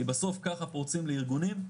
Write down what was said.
כי בסוף ככה פורצים לארגונים.